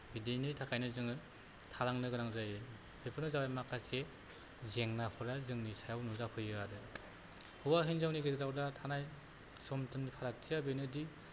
बिदिनि थाखायनो जोङो थालांनो गोनां जायो बेफोरनो जाबाय माखासे जेंनाफोरा जोंनि सायाव नुजाफैयो आरो हौवा हिनजावनि गेजेराव दा थानाय सम थमनि फारागथिया बेनोदि